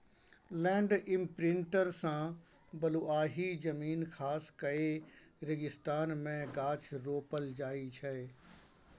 land imprinter सँ बलुआही जमीन खास कए रेगिस्तान मे गाछ रोपल जाइ छै